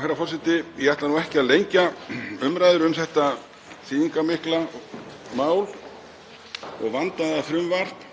Herra forseti. Ég ætla ekki að lengja umræður um þetta þýðingarmikla mál og vandaða frumvarp